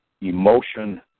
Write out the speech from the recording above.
emotion